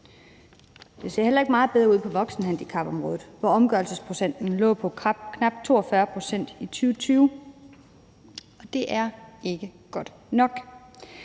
Det ser heller ikke meget bedre ud på voksenhandicapområdet, hvor omgørelsesprocenten lå på knap 42 pct. i 2020, og det er ikke godt nok.